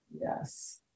Yes